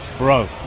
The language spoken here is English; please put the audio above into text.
Bro